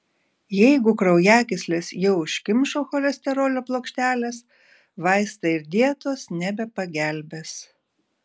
jeigu kraujagysles jau užkimšo cholesterolio plokštelės vaistai ir dietos nebepagelbės